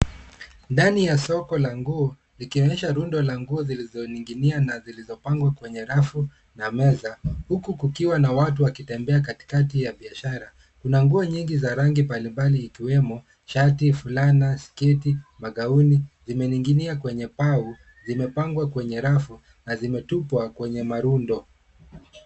Ndani ya soko la nguo ikionyesha rundo la nguo zilizoninginea na zilizopangwa kwenye rafu na meza, huku kukiwa na watu wakitembea katikati ya biashara. Kuna nguo nyingi za rangi mbalimbali ikiwemo shati, fulani, sketi, magauni. Zimening'inia kwenye pao, zimepangwa kwenye rafu na zimetupwa kwenye marundo.